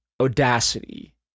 audacity